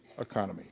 economy